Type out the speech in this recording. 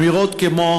אמירות כמו: